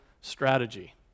strategy